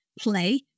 play